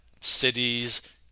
cities